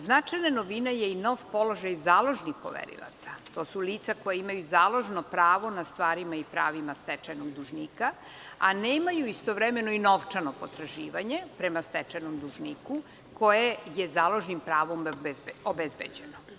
Značajna novina je i nov položaj založnih poverilaca, to su lica koja imaju založno pravo na stvarima i pravima stečajnih dužnika, a nemaju istovremeno i novčano potraživanje prema stečajnom dužniku, koje je založnim pravom obezbeđeno.